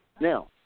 now